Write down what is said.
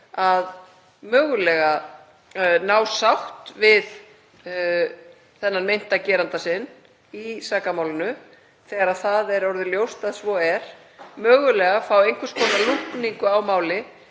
að mögulega ná sátt við þennan meinta geranda sinn í sakamálinu þegar það er orðið ljóst að svo er, mögulega að fá einhvers konar lúkningu á máli